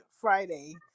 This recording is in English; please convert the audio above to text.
Friday